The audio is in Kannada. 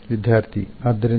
ವಿದ್ಯಾರ್ಥಿ ಆದ್ದರಿಂದ